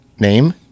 Name